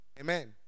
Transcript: Amen